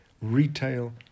retail